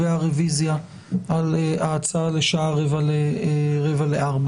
אני קובע רוויזיה על ההצעה לשעה רבע לארבע